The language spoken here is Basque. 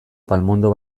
palmondo